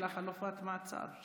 אלא חלופת מעצר,